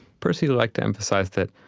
percy liked to emphasize that